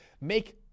make